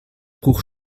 bruch